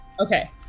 Okay